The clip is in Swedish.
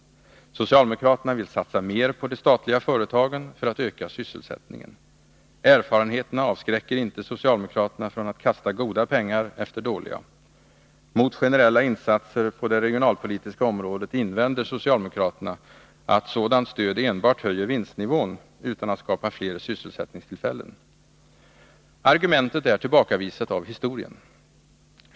Socialdemokraterna vill satsa mer på de statliga företagen för att öka sysselsättningen. Erfarenheterna avskräcker inte socialdemokraterna från att kasta goda pengar efter dåliga. Mot generella insatser på det regionalpolitiska området invänder socialdemokraterna att sådant stöd enbart höjer vinstnivån utan att skapa fler sysselsättningstillfällen. Argumentet är tillbakavisat av historien.